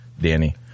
Danny